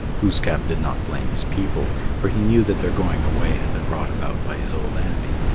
glooskap did not blame his people, for he knew that their going away had been brought about by his old enemy.